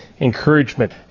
encouragement